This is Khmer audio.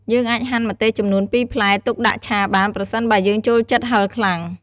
យើងអាចហាន់ម្ទេសចំនួន២ផ្លែទុកដាក់ឆាបាន ប្រសិនបើយើងចូលចិត្តហឹរខ្លាំង។